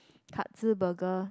Katsu burger